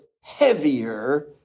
heavier